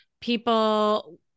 people